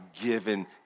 given